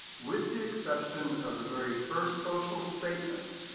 with the exception of the very first social statement,